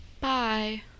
Bye